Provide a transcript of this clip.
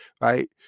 right